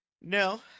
No